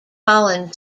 colin